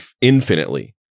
infinitely